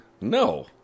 no